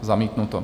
Zamítnuto.